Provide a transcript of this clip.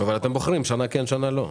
--- אבל אתם בוחרים שנה כן, שנה לא.